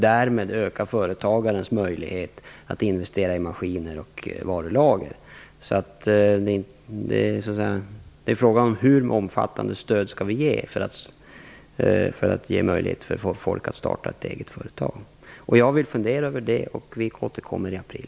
Därmed ökar företagarens möjlighet att investera i maskiner och varulager. Det är fråga om hur omfattande stöd vi skall ge för att ge folk möjlighet att starta ett eget företag. Jag vill fundera över det, och vi återkommer i april.